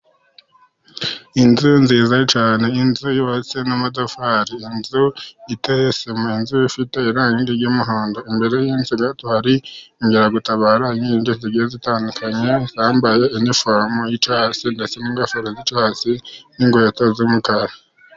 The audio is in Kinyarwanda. Inzu nziza cyane, inzu yubatse n'amatafari, inzu iteye sima, inzu ifite irangi ry'umuhondo. Imbere y'inzu gato hari inkeragutabara nyinshi zigiye zitandukanye, zambaye inifomu z'icyatsi ndetse n'ingofero z'icyatsi n'inkweto z'umukara.